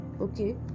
okay